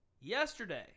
Yesterday